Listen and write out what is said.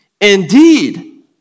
Indeed